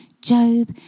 Job